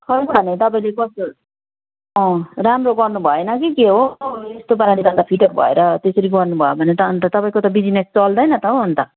खै त अनि तपाईँले कस्तो अँ राम्रो गर्नुभएन कि के हो यस्तो पाराले त अन्त फिटर भएर त्यसरी गर्नुभयो भने त अन्त तपाईँको त बिजनेस चल्दैन त हौ अन्त